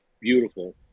beautiful